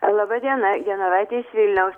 laba diena genovaitė iš vilniaus